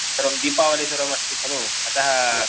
सर्वं दीपावलिः सर्वम् अस्ति खलु अतः